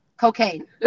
Cocaine